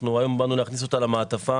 אנחנו היום באנו להכניס אותה למעטפה.